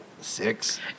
six